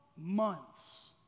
months